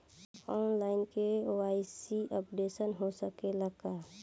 आन line KYC updation हो सकेला का?